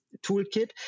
toolkit